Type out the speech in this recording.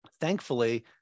Thankfully